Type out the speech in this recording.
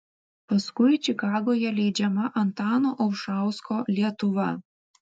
paskui čikagoje leidžiama antano olšausko lietuva